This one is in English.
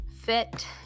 fit